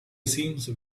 seems